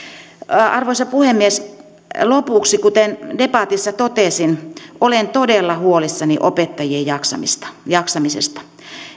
arvoisa puhemies lopuksi kuten debatissa totesin olen todella huolissani opettajien jaksamisesta jaksamisesta